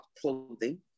clothing